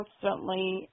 constantly